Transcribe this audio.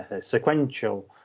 sequential